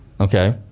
Okay